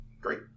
Great